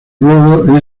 pueblo